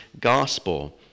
gospel